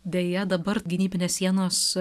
deja dabar gynybinės sienos